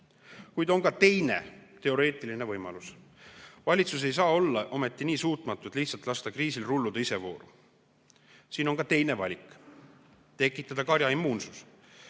Kuid on ka teine teoreetiline võimalus. Valitsus ei saa ometi olla nii suutmatu, et lihtsalt lasta kriisil rulluda isevoolu. Siin on ka teine valik: tekitada karjaimmuunsus.